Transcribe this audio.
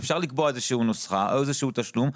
אפשר לקבוע איזושהי נוסחה או איזשהו תשלום,